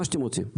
מה שאתם רוצים.